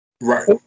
Right